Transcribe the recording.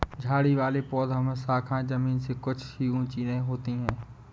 झाड़ी वाले पौधों में शाखाएँ जमीन से कुछ ही ऊँची होती है